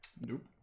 Nope